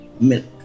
milk